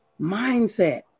mindset